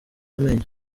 amenyo